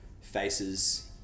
faces